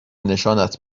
نشانت